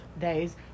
days